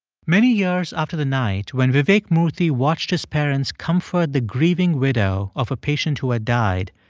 many years after the night when vivek murthy watched his parents comfort the grieving widow of a patient who had died,